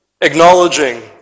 acknowledging